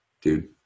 Dude